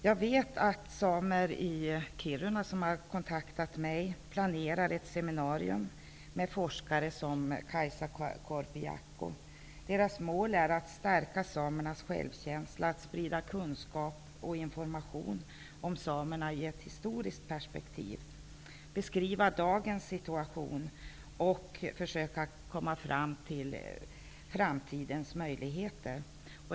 Jag vet att samer i Kiruna, som har kontaktat mig, planerar ett seminarium med forskare som Kajsa Korpijaakko. Deras mål är att stärka samernas självkänsla, sprida kunskap och information om samerna i ett historiskt perspektiv, beskriva dagens situation och försöka komma fram till framtidens möjligheter.